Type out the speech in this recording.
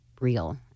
real